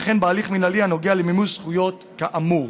וכן בהליך מינהלי הנוגע למימוש זכויות כאמור.